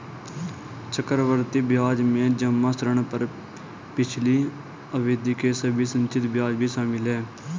चक्रवृद्धि ब्याज में जमा ऋण पर पिछली अवधि के सभी संचित ब्याज भी शामिल हैं